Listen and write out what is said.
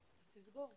מתפקידנו.